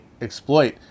exploit